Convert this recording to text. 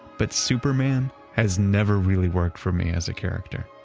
but superman has never really worked for me as a character.